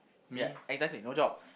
ya exactly no job